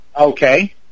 Okay